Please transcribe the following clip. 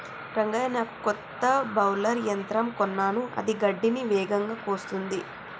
రంగయ్య నాకు కొత్త బౌలర్ల యంత్రం కొన్నాను అది గడ్డిని వేగంగా కోస్తుంది